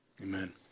Amen